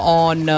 on